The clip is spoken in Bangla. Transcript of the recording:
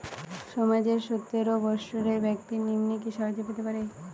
সমাজের সতেরো বৎসরের ব্যাক্তির নিম্নে কি সাহায্য পেতে পারে?